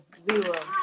zero